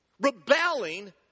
Rebelling